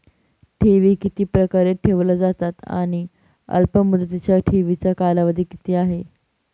ठेवी किती प्रकारे ठेवल्या जातात आणि अल्पमुदतीच्या ठेवीचा कालावधी किती आहे?